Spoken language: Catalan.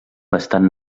bastant